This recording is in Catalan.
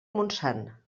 montsant